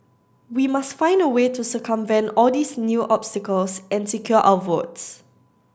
we must find a way to circumvent all these new obstacles and secure our votes